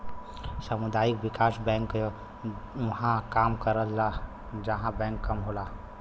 सामुदायिक विकास बैंक उहां काम करला जहां बैंक कम होला